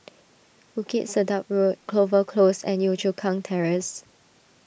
Bukit Sedap Road Clover Close and Yio Chu Kang Terrace